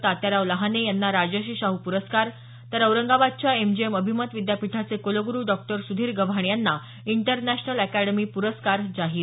तात्याराव लहाने यांना राजर्षी शाहू पुरस्कार तर औरंगाबादच्या एमजीएम अभिमत विद्यापीठाचे कुलगुरु डॉक्टर सुधीर गव्हाणे यांना इंटरनॅशनल अॅकॅडमी प्रस्कार जाहीर